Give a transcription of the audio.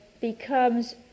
becomes